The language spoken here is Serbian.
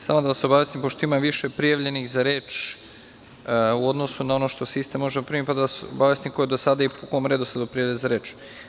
Samo da vas obavestim, pošto ima više prijavljenih za reč u odnosu na ono što sistem može da primi, ko je do sada i po kom redosledu prijavljen za reč.